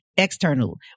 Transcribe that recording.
external